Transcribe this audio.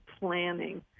planning